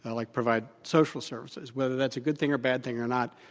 ah like provide social services. whether that's a good thing or bad thing or not,